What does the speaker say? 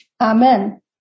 Amen